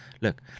look